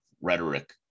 rhetoric